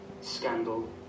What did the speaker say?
Scandal